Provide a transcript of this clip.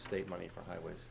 state money for highways